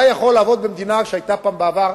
אתה יכול לעבוד במדינה שהיתה פעם בעבר,